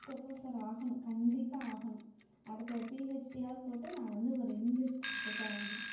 professor ஆகணும் கண்டிப்பாக ஆகணும் அடுத்த ஒரு பிஹச்டியாவது போட்டு நான் வந்து ஒரு இங்கிலீஷ் ப்ரொஃபஸர் ஆகணும்